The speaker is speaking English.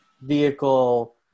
vehicle